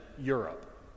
Europe